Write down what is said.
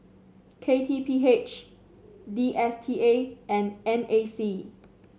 K T P H D S T A and N A C